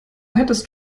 hättest